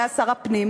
שהיה שר הפנים